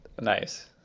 Nice